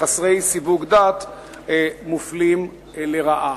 חסרי סיווג דת מופלים לרעה.